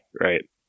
right